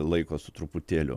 laiko su truputėliu